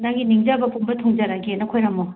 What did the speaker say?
ꯅꯪꯒꯤ ꯅꯤꯡꯖꯕ ꯄꯨꯝꯕ ꯊꯨꯡꯖꯔꯒꯦꯅ ꯈꯣꯏꯔꯝꯃꯣ